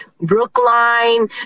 Brookline